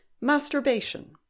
Masturbation